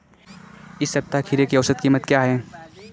इस सप्ताह खीरे की औसत कीमत क्या है?